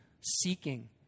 seeking